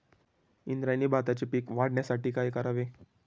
इंद्रायणी भाताचे पीक वाढण्यासाठी काय करावे?